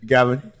Gavin